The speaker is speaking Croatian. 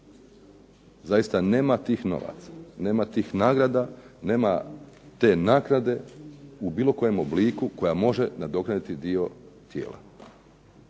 Zaista nema tih novaca, nema tih nagrada, nema te naknade u bilo kojem obliku koja može nadoknaditi dio tijela.